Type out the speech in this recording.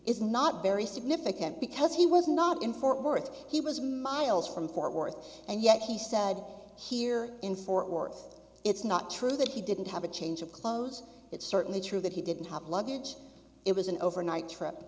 is not very significant because he was not in fort worth he was miles from fort worth and yet he said here in fort worth it's not true that he didn't have a change of clothes it's certainly true that he didn't have luggage it was an overnight trip